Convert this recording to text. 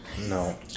No